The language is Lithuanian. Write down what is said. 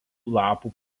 lapų